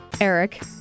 Eric